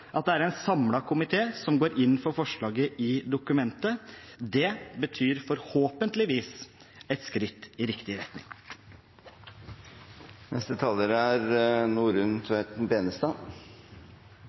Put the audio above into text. at det er en samlet komité som går inn for forslaget i dokumentet. Det betyr forhåpentligvis et skritt i riktig retning. Språket vårt er